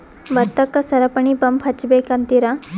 ಭತ್ತಕ್ಕ ಸರಪಣಿ ಪಂಪ್ ಹಚ್ಚಬೇಕ್ ಅಂತಿರಾ?